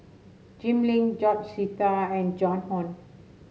Jim Lim George Sita and Joan Hon